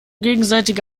gegenseitige